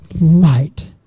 light